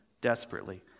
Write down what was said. desperately